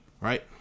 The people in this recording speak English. Right